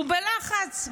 הוא בלחץ,